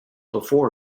before